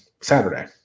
Saturday